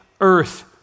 Earth